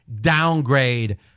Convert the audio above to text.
downgrade